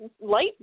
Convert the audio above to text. light